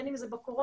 אם זה בקורונה,